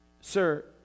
Sir